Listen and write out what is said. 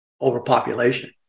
overpopulation